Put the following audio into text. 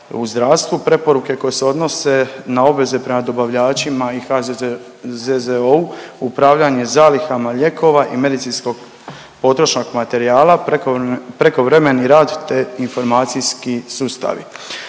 preporuke koje se odnose na obveze prema dobavljačima i HZZO-u, upravljanje zalihama lijekova i medicinskog potrošnog materijala, prekovremeni rad te informacijski sustavi.